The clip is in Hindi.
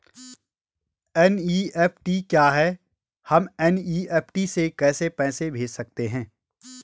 एन.ई.एफ.टी क्या है हम एन.ई.एफ.टी से कैसे पैसे भेज सकते हैं?